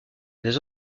des